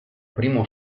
primo